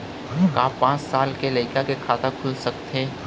का पाँच साल के लइका के खाता खुल सकथे?